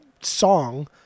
song